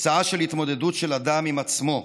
תוצאה של התמודדות של אדם עם עצמו.